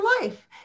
life